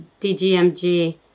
DGMG